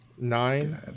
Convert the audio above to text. Nine